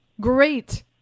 Great